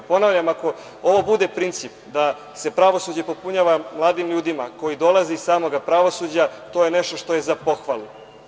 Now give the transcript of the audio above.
Ponavljam ako ovo bude princip da se pravosuđe popunjava mladim ljudima koji dolaze iz samog pravosuđa to je nešto što je za pohvalu.